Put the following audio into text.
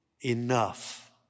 Enough